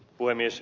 puhemies